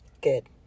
Good